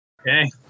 Okay